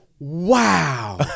wow